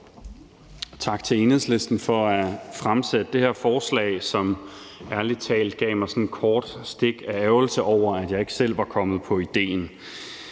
tak til Enhedslisten for at fremsætte det her forslag, som ærlig talt gav mig sådan et lille stik af ærgrelse over, at jeg ikke selv var kommet på idéen.